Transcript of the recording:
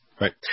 right